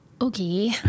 okay